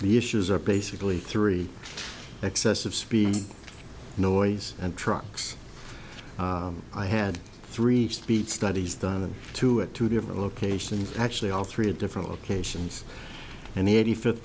the issues are basically three excessive speed noise and trucks i had three speed studies the two at two different locations actually all three at different locations and the eighty fifth